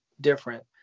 different